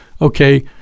okay